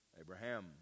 Abraham